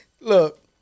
Look